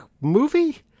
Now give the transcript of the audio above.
movie